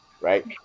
right